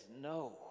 no